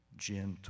gentle